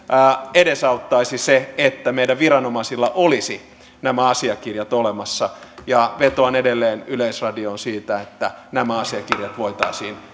edesauttaisi se että meidän viranomaisilla olisi nämä asiakirjat olemassa ja vetoan edelleen yleisradioon siinä että nämä asiakirjat voitaisiin